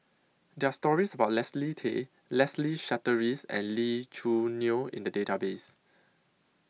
There Are stories about Leslie Tay Leslie Charteris and Lee Choo Neo in The Database